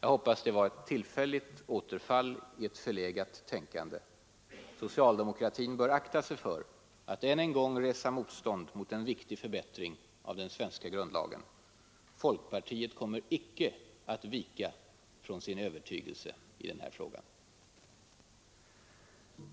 Jag hoppas det var ett tillfälligt återfall i ett förlegat tänkande. Socialdemokratin bör akta sig för att än en gång resa motstånd mot en viktig förbättring av den svenska grundlagen. Folkpartiet kommer icke att vika från sin övertygelse i den här frågan.